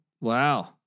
Wow